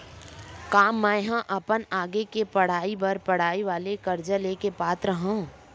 का मेंहा अपन आगे के पढई बर पढई वाले कर्जा ले के पात्र हव?